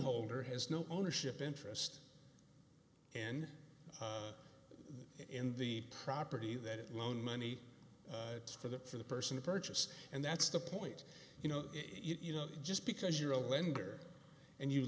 holder has no ownership interest and in the property that loan money for the for the person to purchase and that's the point you know you know just because you're a lender and you